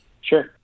Sure